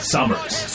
Summers